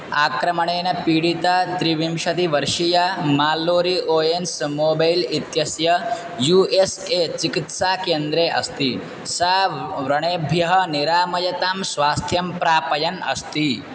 आक्रमणेन पीडिता त्रिविंशतिवर्षीया माल्लोरि ओयन्स् मोबैल् इत्यस्य यू एस् ए चिकित्सा केन्द्रे अस्ति सा व्रणेभ्यः निरामयतां स्वास्थ्यं प्रापयन् अस्ति